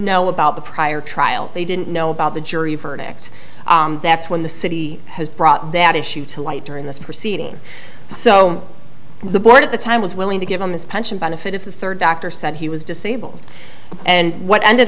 know about the prior trial they didn't know about the jury verdict that's when the city has brought that issue to light during this proceeding so the board at the time was willing to give him his pension benefit if the third doctor said he was disabled and what ended